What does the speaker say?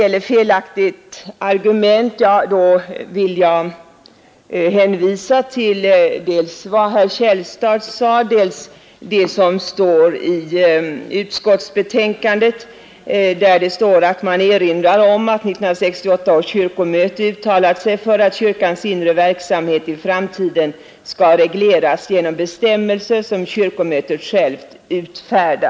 Jag vill dels hänvisa till vad herr Källstad sade, dels anföra vad som står i utskottsbetänkandet, där man erinrar om att 1968 års kyrkomöte uttalat sig för att kyrkans inre verksamhet i framtiden skall regleras genom bestämmelser som kyrkomötet självt utfärdar.